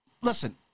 listen